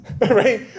Right